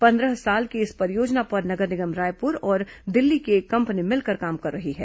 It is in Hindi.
पंद्रह साल की इस परियोजना पर नगर निगम रायपुर और दिल्ली की एक कंपनी मिलकर काम कर रही है